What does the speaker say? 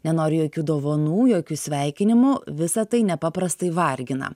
nenoriu jokių dovanų jokių sveikinimų visa tai nepaprastai vargina